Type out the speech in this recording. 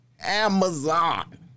Amazon